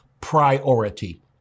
priority